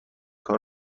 کار